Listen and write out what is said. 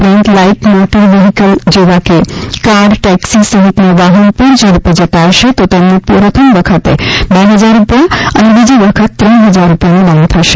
ઉપરાંત light motor vehicle જેવા કે કાર ટેક્સી સહિતના વાહન પૂરઝડપે જતા હશે તો તેમને પ્રથમ વખત બે હજાર રૂપિયા અને બીજી વખત ત્રણ હજાર રૂપિયાનો દંડ થશે